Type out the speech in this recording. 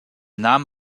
nahm